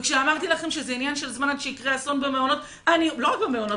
וכשאמרתי לכם שזה עניין של זמן עד שיקרה אסון במעונות לא רק במעונות,